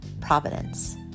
providence